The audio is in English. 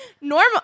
normal